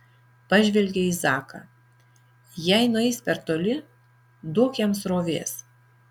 pažvelgė į zaką jei nueis per toli duok jam srovės